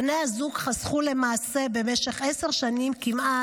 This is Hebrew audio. בני הזוג חסכו במשך כמעט